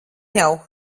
jau